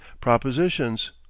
propositions